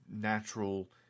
natural